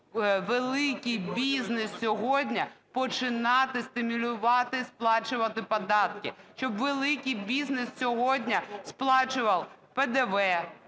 великий бізнес сьогодні починати стимулювати сплачувати податки. Щоб великий бізнес сьогодні сплачував ПДВ,